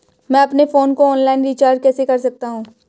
मैं अपने फोन को ऑनलाइन रीचार्ज कैसे कर सकता हूं?